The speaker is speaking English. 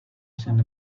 sent